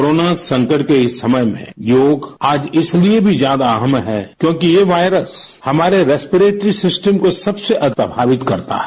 corona संकट के इस समय में योग आज इसलिये भी ज्यादा अहम है क्योंकि ये वायरस हमारे रेस्पीरेटरी सिस्टम को सबसे अधिक प्रभावित करता है